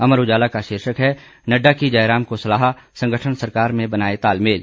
अमर उजाला का शीर्षक है नड्डा की जयराम को सलाह संगठन सरकार में बनाएं तालमेल